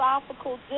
philosophical